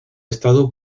estado